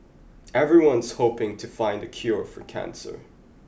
everyone's hoping to find the cure for cancer